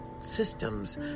systems